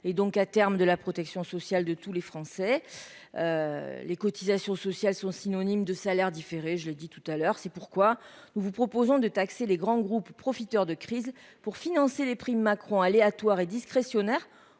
et, à terme, de la protection sociale de tous les Français. Les cotisations sociales sont des salaires différés ; je l'ai dit précédemment. C'est pourquoi nous vous proposons de taxer les grands groupes profiteurs de crise pour financer les primes Macron aléatoires et discrétionnaires